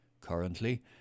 Currently